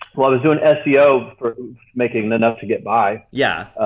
well i was doing seo, making enough to get by. yeah.